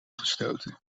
gestoten